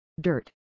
dirt